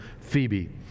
Phoebe